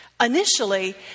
Initially